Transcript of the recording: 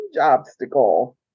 obstacle